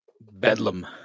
Bedlam